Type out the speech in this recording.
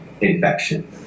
infection